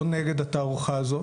או נגד התערוכה הזאת,